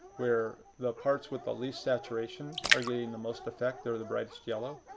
where the parts with the least saturation are getting the most effect. they are the brightest yellow.